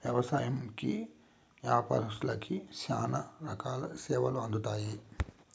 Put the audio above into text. వ్యవసాయంకి యాపారత్తులకి శ్యానా రకాల సేవలు అందుతాయి